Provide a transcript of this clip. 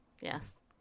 Yes